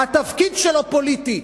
לא פוליטי,